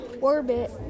Orbit